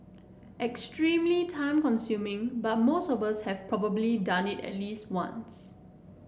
extremely time consuming but most of us have probably done it at least once